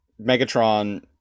Megatron